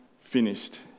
finished